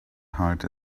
heart